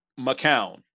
McCown